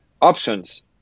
options